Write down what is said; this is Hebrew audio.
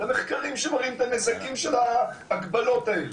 אלה מחקרים שמראים את הנזקים של ההגבלות האלה.